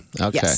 Okay